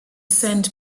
send